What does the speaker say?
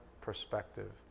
perspective